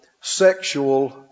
sexual